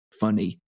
funny